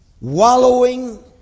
wallowing